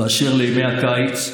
באשר לימי הקיץ,